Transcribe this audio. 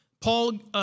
Paul